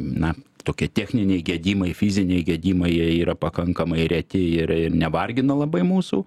na tokie techniniai gedimai fiziniai gedimai jie yra pakankamai reti ir ir nevargina labai mūsų